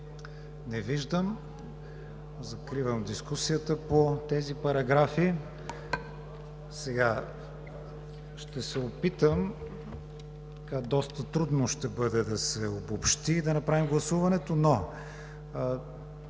Не виждам. Закривам дискусията по тези параграфи. Ще се опитам, доста трудно ще бъде да се обобщи да направим гласуването, но